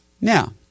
Now